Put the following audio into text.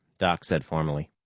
doc said formally.